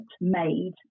made